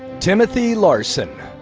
timothy larson.